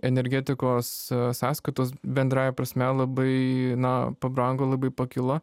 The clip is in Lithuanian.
energetikos sąskaitos bendrąja prasme labai na pabrango labai pakilo